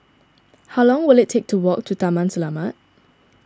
how long will it take to walk to Taman Selamat